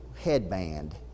headband